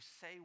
say